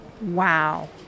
Wow